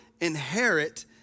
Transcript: inherit